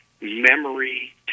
memory